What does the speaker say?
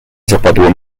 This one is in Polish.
zapadło